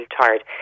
tired